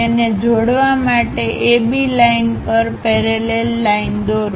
તેને જોડવા માટે AB લાઇન પર પેરેલલ લાઇન દોરો